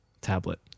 tablet